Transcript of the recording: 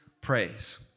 praise